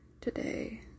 today